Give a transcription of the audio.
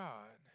God